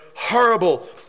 Horrible